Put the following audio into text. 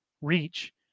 reach